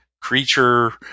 creature